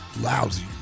Lousy